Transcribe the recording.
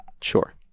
Sure